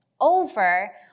over